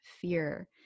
fear